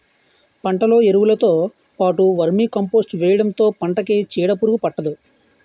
పంటలో ఎరువులుతో పాటు వర్మీకంపోస్ట్ వేయడంతో పంటకి చీడపురుగు పట్టదు